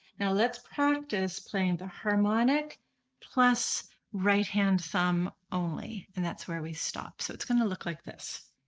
now let's practice playing the harmonic plus right hand thumb only and that's where we stop. so it's going to look like this.